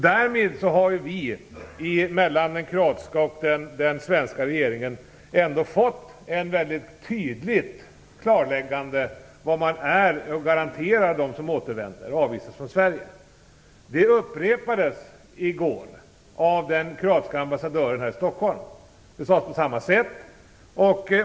Därmed har det mellan de kroatiska och svenska regeringarna ändå gjorts ett väldigt tydligt klarläggande om vad man garanterar dem som avvisas från Sverige och återvänder. Det upprepades i går av den kroatiska ambassadören här i Stockholm. Det sades på samma sätt.